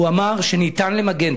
והוא אמר שניתן למגן,